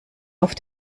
auf